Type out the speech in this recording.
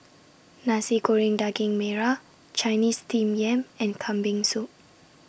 Nasi Goreng Daging Merah Chinese Steamed Yam and Kambing Soup